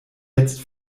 jetzt